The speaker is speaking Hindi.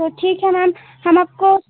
तो ठीक है मैम हम आपको